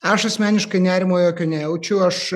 aš asmeniškai nerimo jokio nejaučiu aš